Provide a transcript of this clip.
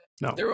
No